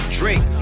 drink